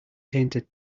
painted